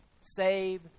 save